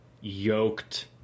yoked